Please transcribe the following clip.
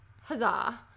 huzzah